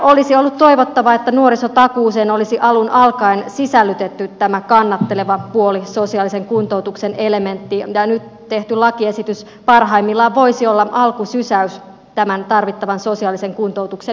olisi ollut toivottavaa että nuorisotakuuseen olisi alun alkaen sisällytetty tämä kannatteleva puoli sosiaalisen kuntoutuksen elementtiin ja nyt tehty lakiesitys parhaimmillaan voisi olla alkusysäys tämän tarvittavan sosiaalisen kuntoutuksen kehittämiselle